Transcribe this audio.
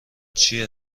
چیه